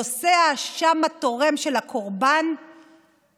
נושא האשם התורם של הקורבן לא